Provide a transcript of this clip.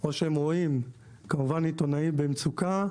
או שהם רואים, כמובן עיתונאים במצוקה,